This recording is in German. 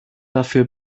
dafür